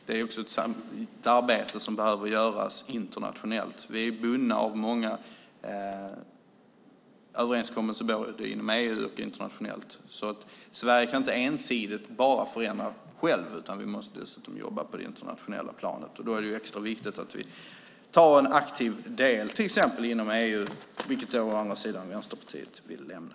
Det här är ett arbete som behöver göras internationellt. Vi är bundna av många överenskommelser både inom EU och internationellt. Sverige kan inte ensidigt förändra, utan vi måste jobba på det internationella planet. Då är det extra viktigt att vi tar en aktiv del inom till exempel EU, som Vänsterpartiet å andra sidan vill lämna.